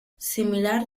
similar